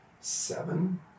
seven